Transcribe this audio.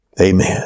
amen